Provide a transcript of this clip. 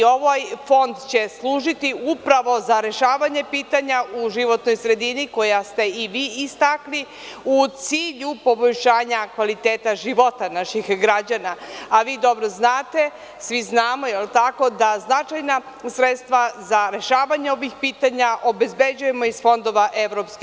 Ovaj fond će služiti upravo za rešavanje pitanja u životnoj sredini, koje ste i vi istakli, a u cilju poboljšanja kvaliteta života naših građana, a vi dobro znate, svi znamo, da li je tako, da značajna sredstva za rešavanje ovih pitanja obezbeđujemo iz fondova EU.